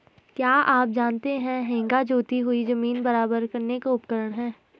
क्या आप जानते है हेंगा जोती हुई ज़मीन बराबर करने का उपकरण है?